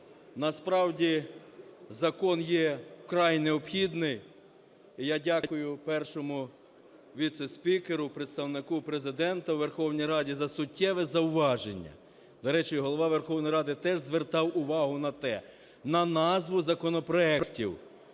насправді, закон є вкрай необхідним, і я дякую першому віце-спікеру, Представнику Президента у Верховній Раді за суттєве зауваження. До речі, Голова Верховної Ради теж звертав увагу на те, на назву законопроектів.